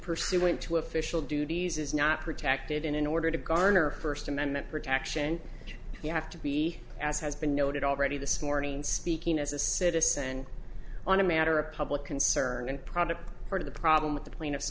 pursuant to official duties is not protected in order to garner first amendment protection you have to be as has been noted already this morning speaking as a citizen on a matter of public concern and product part of the problem with the plaintiffs